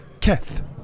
Keth